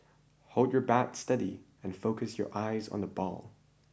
hold your bat steady and focus your eyes on the ball